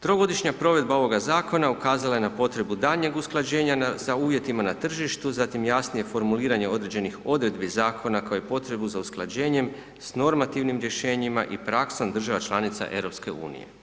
Trogodišnja provedba ovoga zakona ukazala je na potrebu daljnjeg usklađenja sa uvjetima na tržištu, zatim jasnije formuliranje određenih odredbi zakona kao i potrebu za usklađenjem sa normativnim rješenjima i praksom država članica EU.